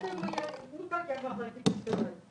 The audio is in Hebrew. אני מוכן לקבל פנייה בנושא הזה.